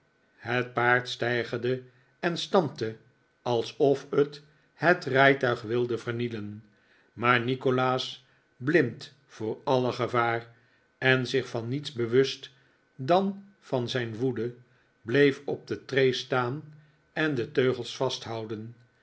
het paard steigerde en stampte alsof t het rijtuig wilde vernielen maar nikolaas blind voor alle gevaar en zich van niets bewust dan van zijn woede bleef op de tree staan en de teugels vasthouden